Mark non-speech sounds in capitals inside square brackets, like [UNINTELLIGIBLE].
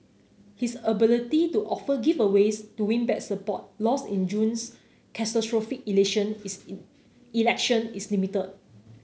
his ability to offer giveaways to win back support lost in June's catastrophic [UNINTELLIGIBLE] election is limited